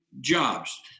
jobs